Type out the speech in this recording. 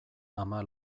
ama